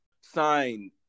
sign